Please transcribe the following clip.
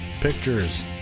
Pictures